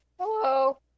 Hello